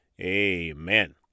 amen